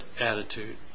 attitude